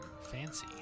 Fancy